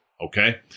Okay